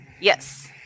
Yes